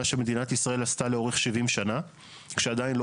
מה שמדינת ישראל עשתה לאורך 70 שנה כשעדיין לא